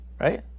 Right